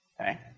Okay